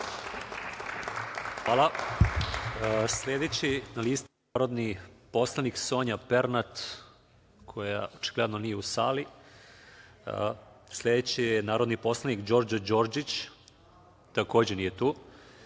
Hvala. Sledeća na listi je narodni poslanik Sonja Pernat, koja očigledno nije u sali. Sledeći je narodni poslanik Đorđo Đorđić. Takođe nije